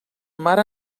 mar